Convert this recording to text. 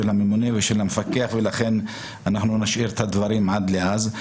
הממונה ושל המפקח ולכן אנחנו נשאיר את הדברים עד אז.